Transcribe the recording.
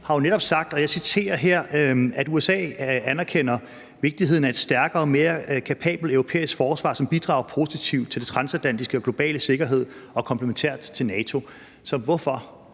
har jo netop sagt, og jeg citerer her, at USA anerkender vigtigheden af et stærkere og mere kapabelt europæisk forsvar, som bidrager positivt til den transatlantiske og globale sikkerhed, og som er komplementært til NATO. Så hvorfor